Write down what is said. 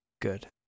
good